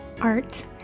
art